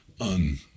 on